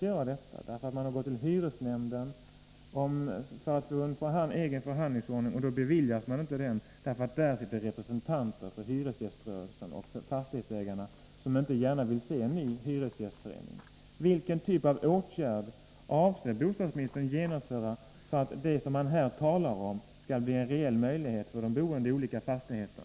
Man har gått till hyresnämnden för att få en egen förhandlingsordning men inte beviljats detta. Där sitter nämligen representanter för hyresgåströrelsen och för fastighetsägarna, och de har inte gärna velat se en ny hyresgästförening. Vilken typ av åtgärd avser bostadsministern genomföra för att det han talar om i sitt svar skall bli en reell möjlighet för boende i olika fastigheter?